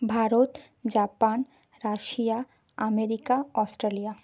Bharat Japan Russia America Australia